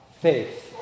faith